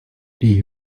die